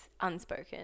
unspoken